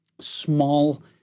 small